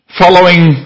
following